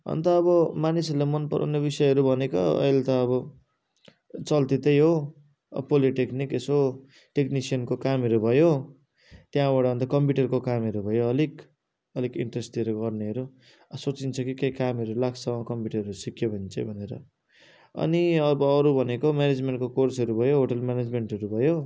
अन्त अब मानिसहरूलाई मन पराउने विषयहरू भनेको अहिले त अब चल्ती त्यही हो पोलिटेक्निक यसो टेक्निसियनको कामहरू भयो त्यहाँबाट अन्त कम्प्युटरको कामहरू भयो अलिक अलिक इन्ट्रेस्ट दिएर गर्नेहरू सोचिन्छ पनि केही कामहरू लाग्छ कम्प्युटरहरू सिक्यो भने चाहिँ भनेर अनि अब अरू भनेको म्यानेजमेन्टको कोर्सहरू भयो होटेल म्यानेजमेन्टहरू भयो